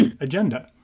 agenda